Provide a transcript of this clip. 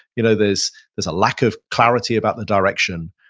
you know there's there's a lack of clarity about the direction.